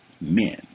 men